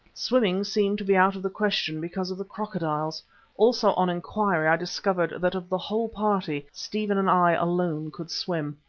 swimming seemed to be out of the question because of the crocodiles. also on inquiry i discovered that of the whole party stephen and i alone could swim.